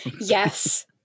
Yes